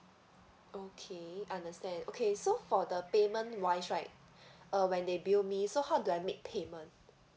okay understand okay so for the payment wise right uh when they bill me so how do I make payment